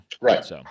Right